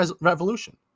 Revolution